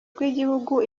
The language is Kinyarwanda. rw’igihugu